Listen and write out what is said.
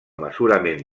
mesurament